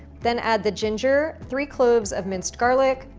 then add the ginger, three cloves of minced garlic,